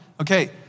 Okay